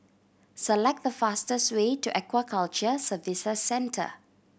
select the fastest way to Aquaculture Services Centre